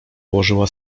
położyła